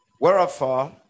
Wherefore